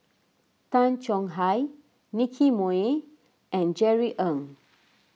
Tay Chong Hai Nicky Moey and Jerry Ng